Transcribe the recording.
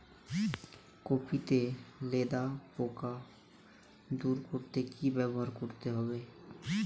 Copy তে লেদা পোকা দূর করতে কি ব্যবহার করতে হবে?